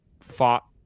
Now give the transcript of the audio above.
fought